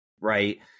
right